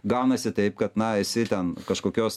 gaunasi taip kad na esi ten kažkokios